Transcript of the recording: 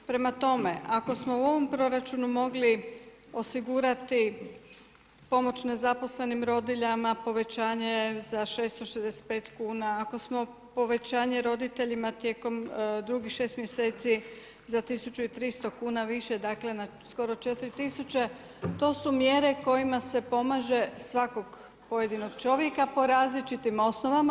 Prema tome, ako smo u ovom proračunu mogli osigurati pomoć nezaposlenim rodiljama, povećanje za 665 kuna, ako smo povećanje roditeljima tijekom drugih šest mjeseci za 1.300 kuna više dakle skoro na 4.000 to su mjere kojima se pomaže svakog pojedinog čovjeka po različitim osnovama.